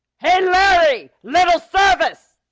hey, larry! little service!